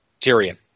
Tyrion